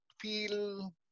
feel